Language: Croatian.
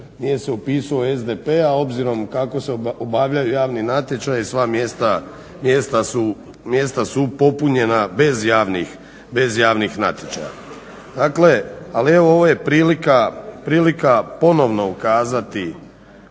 nije se upisao u SDP, a obzirom kako se obavljaju javni natječaji, sva mjesta su popunjena bez javnih natječaja. Dakle, ali evo ovo je prilika ponovno ukazati